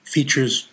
Features